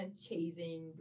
chasing